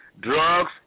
drugs